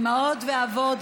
אימהות ואבות,